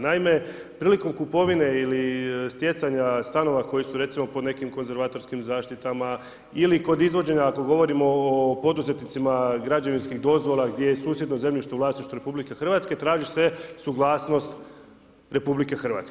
Naime, prilikom kupovine ili stjecanjem stanova, koji su recimo, pod nekim konverzatorskim zaštitama, ili kod izvođenja, ako govorimo o poduzetnicima, građevinskih dozvola, gdje je susjedno zemljište u vlasništvu RH, traži se suglasnost RH.